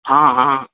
हाँ हाँ